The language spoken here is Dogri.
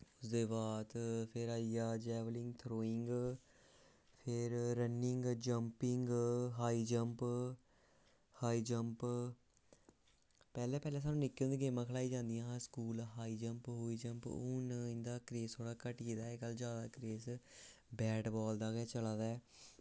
उसदे बाद फिर आई गेआ जैवलिन थ्रोइंग फिर running jumping high jump high jump पैह्लें पैह्लें सानूं निक्के होंदे गेमां खलाई जंदियां हियां स्कूल हाई जम्प हूई जम्प हून इं'दा क्रेज़ थोह्ड़ा घटी गेदा अज्जकल जादै क्रेज़ बैट बाल दा गै चला दा ऐ